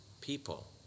people